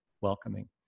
welcoming